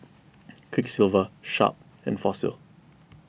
Quiksilver Sharp and Fossil